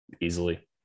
easily